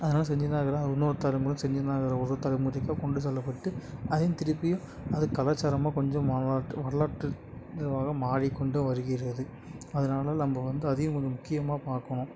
அதெல்லாம் செஞ்சின்னு தான் இருக்கிறாங்க இன்னொரு தலைமுறை செஞ்சின்னு தான் இருக்கிறாங்க ஒரு தலைமுறைக்காக கொண்டு செல்லப்பட்டு அதையும் திருப்பியும் அது கலாச்சாரமாக கொஞ்சம் வரலாற்று இதுவாக மாறிக் கொண்டு வருகிறது அதனால் நம்ப வந்து அதையும் கொஞ்சம் முக்கியமாக பார்க்கணும்